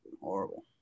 horrible